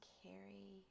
carry